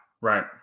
Right